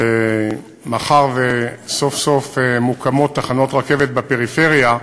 שמאחר שסוף-סוף מוקמות תחנות רכבת בפריפריה,